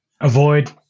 Avoid